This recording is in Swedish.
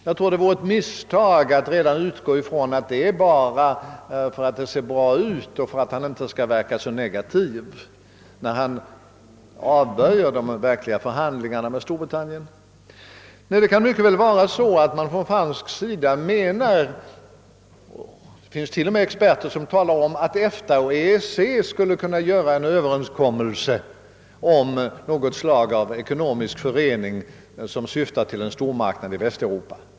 Jag tror att det vore ett misstag att utgå ifrån att denna antydan är framkastad enbart därför att det ser bra ut eller därför att president de Gaulle inte skall verka alltför negativ när han avböjer verkliga förhandlingar med Storbritannien. Det kan mycket väl vara så att man från fransk sida verkligen menar detta — det finns till och med experter som talar om att EFTA och EEC skulle kunna träffa en överenskommelse om något slag av ekonomisk förening som syftar till en stormarknad i Västeuropa.